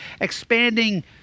expanding